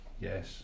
Yes